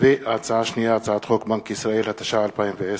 והצעת חוק בנק ישראל, התש"ע-2010.